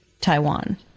Taiwan